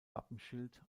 wappenschild